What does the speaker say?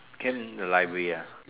camp in the library ah